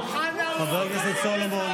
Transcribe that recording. חבר הכנסת סולומון,